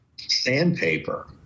sandpaper